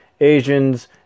Asians